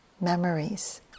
memories